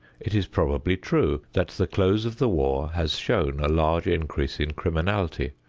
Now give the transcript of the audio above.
it is probably true that the close of the war has shown a large increase in criminality,